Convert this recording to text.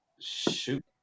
shoot